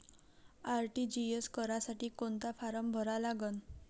RTGS करासाठी कोंता form भरा लागन?